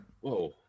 whoa